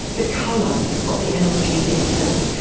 the colour of the analgesic pill,